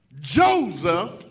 Joseph